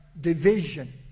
division